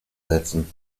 setzen